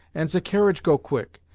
ant ze carriage go quick,